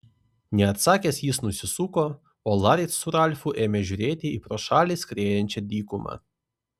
neatsakęs jis nusisuko o laris su ralfu ėmė žiūrėti į pro šalį skriejančią dykumą